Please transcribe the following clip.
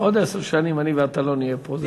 עוד עשר שנים אני ואתה לא נהיה פה.